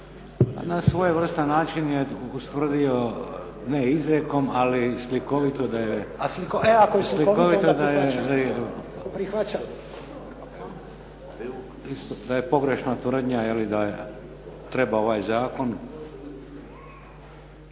na svojevrstan način je ustvrdio ne izrijekom ali slikovito da je pogrešna tvrdnja da je trebao ovaj zakon.